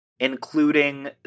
Including